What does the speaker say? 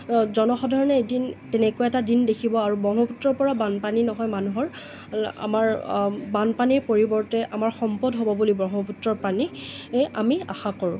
জনসাধাৰণে এদিন তেনেকুৱা এটা দিন দেখিব আৰু ব্ৰহ্মপুত্ৰৰ পৰা বানপানী নহয় মানুহৰ আমাৰ বানপানীৰ পৰিৱৰ্তে আমাৰ সম্পদ হ'ব বুলি ব্ৰহ্মপুত্ৰৰ পানী এ আমি আশা কৰোঁ